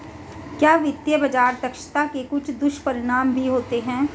क्या वित्तीय बाजार दक्षता के कुछ दुष्परिणाम भी होते हैं?